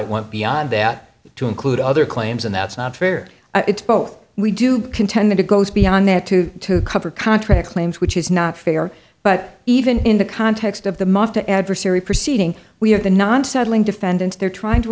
it went beyond that to include other claims and that's not fair it's both we do contend that it goes beyond that to to cover contract claims which is not fair but even in the context of the the adversary proceeding we have the non settling defendants there trying to